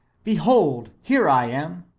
behold, here i am.